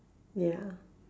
ya